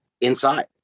inside